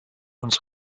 uns